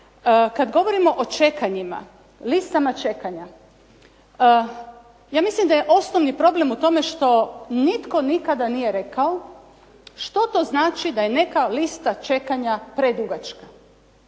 Kad govorimo o čekanjima, listama čekanja, ja mislim da je osnovni problem u tome što nitko nikada nije rekao što to znači da je neka lista čekanja predugačka,